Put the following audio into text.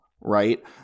right